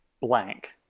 blank